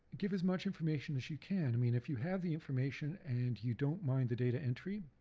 give as much information as you can. i mean if you have the information, and you don't mind the data entry